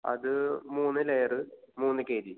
അത് മൂന്ന് ലേയർ മൂന്ന് കെ ജി